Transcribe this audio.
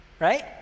right